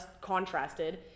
contrasted